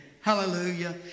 Hallelujah